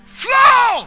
flow